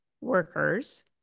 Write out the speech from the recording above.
workers